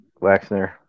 Waxner